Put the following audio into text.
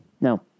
No